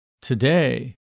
Today